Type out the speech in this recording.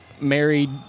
married